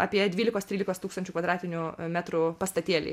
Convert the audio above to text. apie dvylikos trylikos tūkstančių kvadratinių metrų pastatėliai